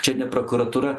čia ne prokuratūra